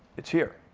it's here.